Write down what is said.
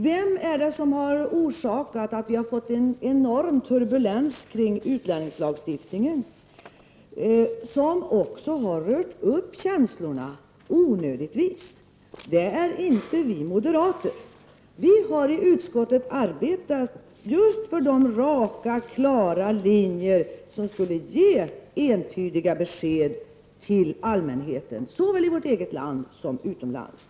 Vem har orsakat att vi har fått en enorm turbulens kring utlänningslagstiftningen, som också onödigtvis har rört upp känslorna? Det är inte vi moderater. Vi har i utskottet arbetat för just de raka, klara linjer som skall ge entydiga besked till allmänheten, såväl i vårt eget land som utomlands.